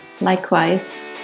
Likewise